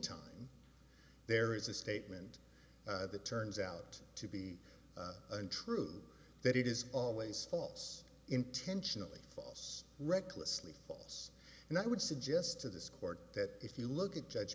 time there is a statement that turns out to be untrue that it is always false intentionally false recklessly false and i would suggest to this court that if you look at judge